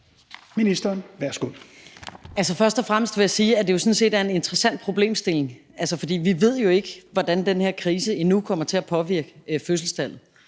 Altså, først og fremmest vil jeg sige, at det jo sådan set er en interessant problemstilling, for vi ved jo ikke endnu, hvordan den her krise kommer til at påvirke fødselstallet.